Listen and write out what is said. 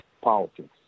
politics